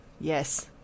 Yes